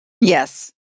Yes